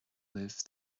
libh